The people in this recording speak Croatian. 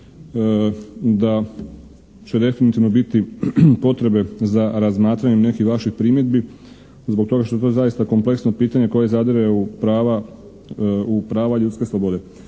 da će definitivno biti potrebe za razmatranjem nekih vaših primjedbi zbog toga što je to zaista kompleksno pitanje koje zadire u prava ljudske slobode.